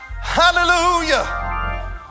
Hallelujah